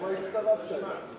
למה הצטרפת לממשלה?